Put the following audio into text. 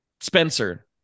Spencer